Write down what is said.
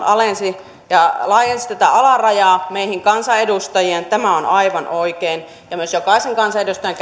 alensi ja laajensi tätä alarajaa meihin kansanedustajiin tämä on aivan oikein ja jokaisen kansanedustajan